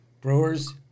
Brewers